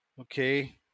Okay